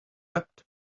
wept